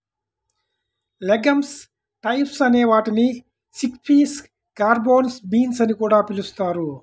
legumes types అనే వాటిని chickpeas, garbanzo beans అని కూడా పిలుస్తారు